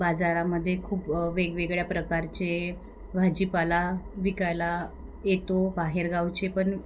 बाजारामध्ये खूप वेगवेगळ्या प्रकारचे भाजीपाला विकायला येतो बाहेरगावचे पण